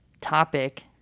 topic